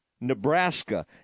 Nebraska